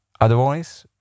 Otherwise